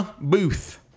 booth